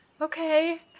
Okay